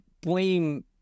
blame